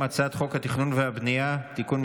אני קובע כי הצעת חוק התמודדות עם תקיפות סייבר חמורות